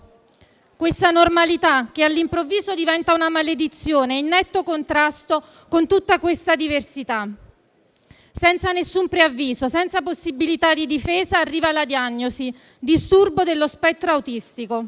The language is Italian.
questa "normalità" che all'improvviso diventa una maledizione, in netto contrasto con tutta questa "diversità". Senza nessun preavviso, senza possibilità di difesa, arriva la diagnosi: disturbo dello spettro autistico.